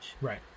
Right